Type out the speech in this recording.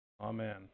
Amen